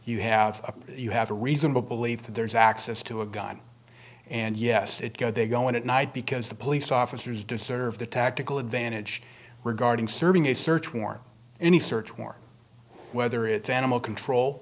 you have a you have a reasonable belief that there's access to a gun and yes it go they go in at night because the police officers do serve the tactical advantage regarding serving a search warrant any search war whether it's animal control